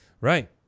right